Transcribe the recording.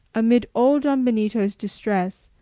amid all don benito's distress,